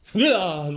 yeah!